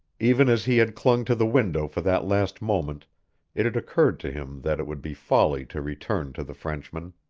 even as he had clung to the window for that last moment it had occurred to him that it would be folly to return to the frenchman.